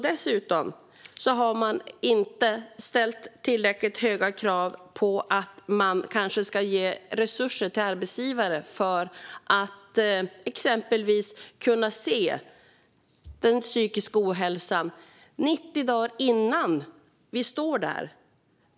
Dessutom har man inte ställt tillräckligt höga krav på att ge resurser till arbetsgivare för att de exempelvis ska kunna se psykisk ohälsa hos sina anställda 90 dagar innan de står där.